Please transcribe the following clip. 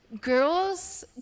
girls